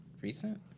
recent